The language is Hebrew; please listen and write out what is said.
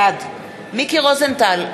בעד מיקי רוזנטל,